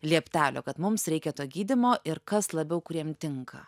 lieptelio kad mums reikia to gydymo ir kas labiau kuriem tinka